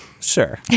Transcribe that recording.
Sure